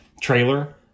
trailer